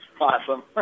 Awesome